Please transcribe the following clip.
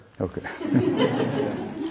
Okay